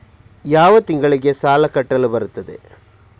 ಯಾವ ತಿಂಗಳಿಗೆ ಸಾಲ ಕಟ್ಟಲು ಬರುತ್ತದೆ?